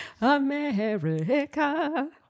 America